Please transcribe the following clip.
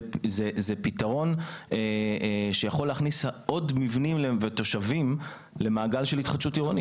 זה פתרון שיכול להכניס עוד מבנים ותושבים למעגל של התחדשות עירונית.